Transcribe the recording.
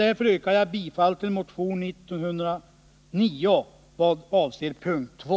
Jag yrkar bifall till motion 1909 i vad avser punkt 2.